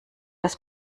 das